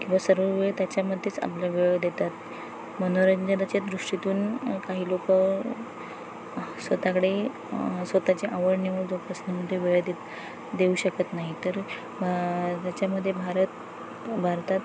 किंवा सर्व वेळ त्याच्यामध्येच आपला वेळ देतात मनोरंजनाच्या दृष्टीतून काही लोकं स्वतःकडे स्वतःची आवड निवड जोपासणं ते वेळ देत देऊ शकत नाही तर त्याच्यामध्ये भारत भारतात